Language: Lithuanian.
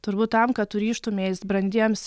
turbūt tam kad tu ryžtumeis brandiems